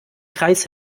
kreis